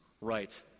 right